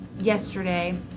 yesterday